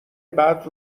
بعد